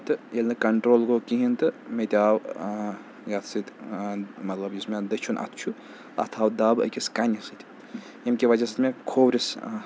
تہٕ ییٚلہِ نہٕ کَنٹرول گوٚو کِہیٖنۍ تہٕ مےٚ تہِ آو یَتھ سۭتۍ مطلب یُس مےٚ دٔچھُن اَتھ چھُ اَتھ آو دَب أکِس کَنہِ سۭتۍ ییٚمہِ کہِ وجہ سۭتۍ مےٚ کھوٚرِس